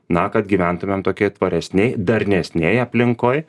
na kad gyventumėm tokioj tvaresnėj darnesnėj aplinkoj